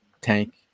Tank